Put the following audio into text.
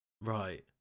Right